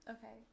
Okay